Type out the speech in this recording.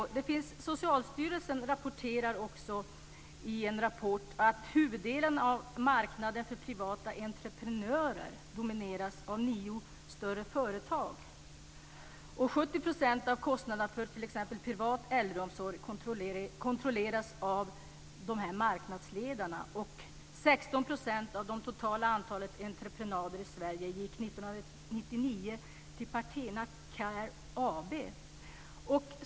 Socialstyrelsen säger i en rapport att huvuddelen av marknaden för privata entreprenörer domineras av nio större företag. 70 % av kostnaderna för t.ex. privat äldreomsorg kontrolleras av de här marknadsledarna. 16 % av det totala antalet entreprenader i Sverige gick 1999 till Partena Care AB.